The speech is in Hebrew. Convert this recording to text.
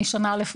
אני שנה א',